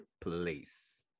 place